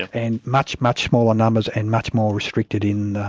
and much, much smaller numbers and much more restricted in,